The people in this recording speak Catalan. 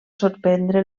sorprendre